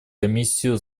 комиссию